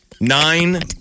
nine